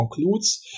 concludes